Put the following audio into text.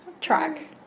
Track